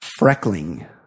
Freckling